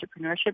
entrepreneurship